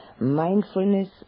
mindfulness